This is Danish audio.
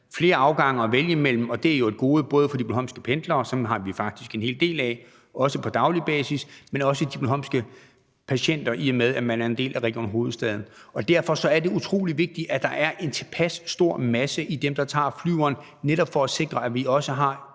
flere afgange at vælge imellem – og det er jo både et gode for de bornholmske pendlere, som vi faktisk har en hel del af, også på daglig basis, men også for de bornholmske patienter, i og med at man er en del af Region Hovedstaden. Derfor er det utrolig vigtigt, at der er en tilpas stor mængde, der tager flyveren, altså netop for at sikre, at vi også har